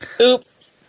oops